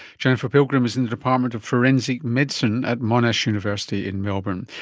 jennifer pilgrim is in the department of forensic medicine at monash university in melbourne.